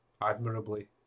admirably